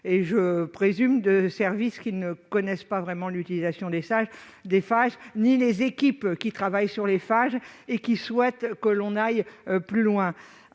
qu'elle émane de services qui ne connaissent pas vraiment l'utilisation qui est faite des phages ni les équipes qui travaillent sur ce sujet et qui souhaitent que l'on aille plus loin.